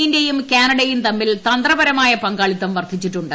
ഇന്ത്യയും കാനഡയും തമ്മിൽ തന്ത്രപരമായ പങ്കാ ളിത്തം വർദ്ധിച്ചിട്ടുണ്ട്